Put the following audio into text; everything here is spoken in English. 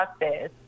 process